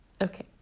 Okay